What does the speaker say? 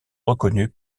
reconnus